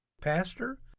Pastor